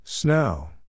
Snow